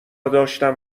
داشتم